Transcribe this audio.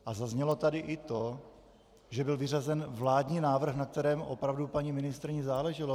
A zaznělo tady i to, že byl vyřazen vládní návrh, na kterém opravdu paní ministryni záleželo.